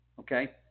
Okay